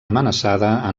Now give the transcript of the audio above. amenaçada